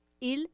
Il